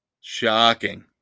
Shocking